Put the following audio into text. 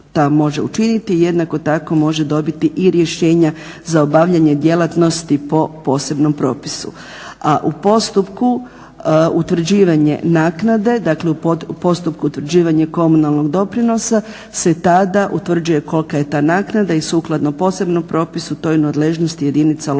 u postupku utvrđivanja komunalnog doprinosa se tada utvrđuje kolika je ta naknada i sukladno posebnom propisu toj nadležnosti jedinica lokalne